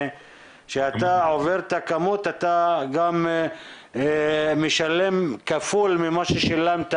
כשאתה עובר את הכמות אתה גם משלם כפול ממה ששילמת